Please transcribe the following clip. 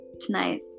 tonight